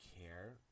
care